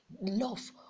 love